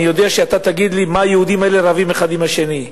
אני יודע שאתה תגיד לי: מה היהודים האלה רבים אחד עם השני?